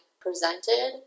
presented